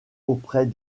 auprès